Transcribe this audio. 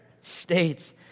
states